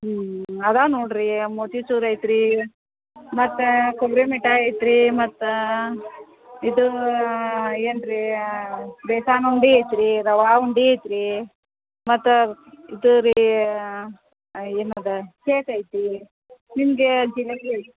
ಹ್ಞೂ ಇದೆ ನೋಡಿರಿ ಮೋತಿಚೂರ್ ಐತ್ರೀ ಮತ್ತು ಕೊಬ್ಬರಿ ಮಿಠಾಯಿ ಐತ್ರೀ ಮತ್ತು ಇದು ಏನು ರೀ ಬೇಸನ್ ಉಂಡೆ ಐತ್ರೀ ರವೆ ಉಂಡೆ ಐತ್ರೀ ಮತ್ತು ಇದು ರೀ ಏನದು ಕೇಕ್ ಐತಿ ನಿಮಗೆ ಜಿಲೇಬಿ ಐತಿ